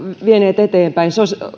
vieneet eteenpäin